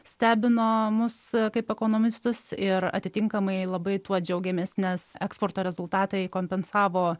stebino mus kaip ekonomistus ir atitinkamai labai tuo džiaugiamės nes eksporto rezultatai kompensavo